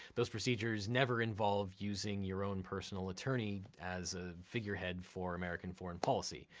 those procedures never involve using your own personal attorney as a figurehead for american foreign policy.